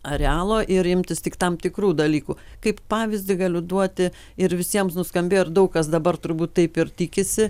arealo ir imtis tik tam tikrų dalykų kaip pavyzdį galiu duoti ir visiems nuskambėjo ir daug kas dabar turbūt taip ir tikisi